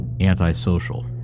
antisocial